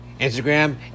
Instagram